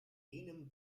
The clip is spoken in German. jenem